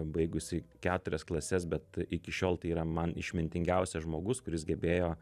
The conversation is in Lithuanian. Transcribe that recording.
baigusi keturias klases bet iki šiol tai yra man išmintingiausias žmogus kuris gebėjo